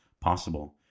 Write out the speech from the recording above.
possible